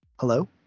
hello